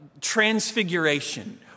transfiguration